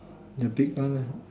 the big bun